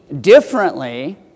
differently